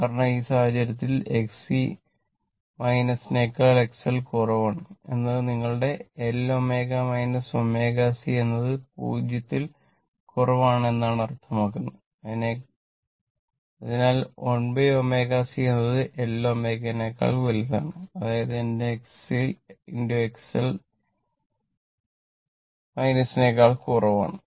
കാരണം ഈ സാഹചര്യത്തിൽ Xc നേക്കാൾ XL കുറവാണ് എന്നത് നിങ്ങളുടെ L ω ω c എന്നത് 0 ൽ കുറവാണ് എന്നാണ് അർത്ഥമാക്കുന്നത് അതിനാൽ 1 ω c എന്നത് L ω നേക്കാൾ വലുതാണ് അതായത് എന്റെ Xc XL നേക്കാൾ വലുതാണ്